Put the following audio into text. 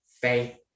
faith